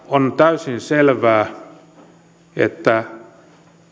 on täysin selvää että